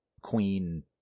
queen